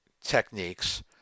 techniques